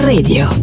Radio